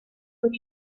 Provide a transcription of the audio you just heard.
what